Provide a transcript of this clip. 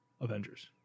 Avengers